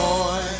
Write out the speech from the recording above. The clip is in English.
Boy